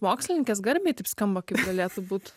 mokslininkės garbei taip skamba kaip galėtų būt